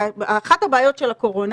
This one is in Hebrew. אחת הבעיות של הקורונה,